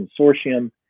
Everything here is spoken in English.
consortium